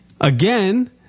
again